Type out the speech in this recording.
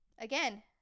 again